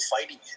fighting